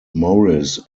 morris